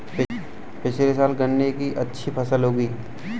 पिछले साल गन्ने की अच्छी फसल उगी